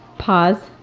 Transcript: pause.